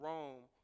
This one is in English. Rome